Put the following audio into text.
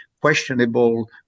questionable